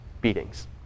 beatings